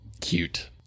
cute